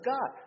God